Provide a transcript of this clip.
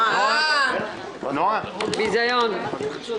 אני קורא אותך לסדר בפעם ראשונה חברת הכנסת פנינה תמנו שטה.